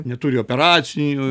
neturi operacinių